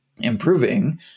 improving